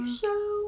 show